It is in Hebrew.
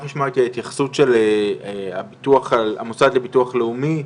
לשמוע את ההתייחסות של המוסד לביטוח לאומי,